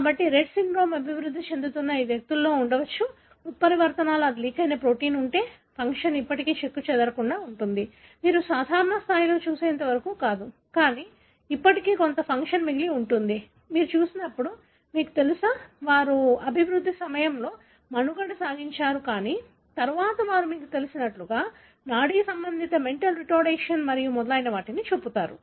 కాబట్టి Rett syndrome అభివృద్ధి చెందుతున్న ఈ వ్యక్తులలో ఉండవచ్చు ఉత్పరివర్తనలు అది లీకైన ప్రోటీన్ అంటే ఫంక్షన్ ఇప్పటికీ చెక్కుచెదరకుండా ఉంటుంది మీరు సాధారణ స్థాయిలో చూసేంత వరకు కాదు కానీ ఇప్పటికీ కొంత ఫంక్షన్ మిగిలి ఉంది కాబట్టి మీరు చూసినప్పుడు మీకు తెలుసా వారు అభివృద్ధి సమయంలో మనుగడ సాగించారు కానీ తరువాత వారు మీకు తెలిసినట్లుగా నాడీ సంబంధిత మెంటల్ రిటార్డేషన్ మరియు మొదలైనవి చూపుతారు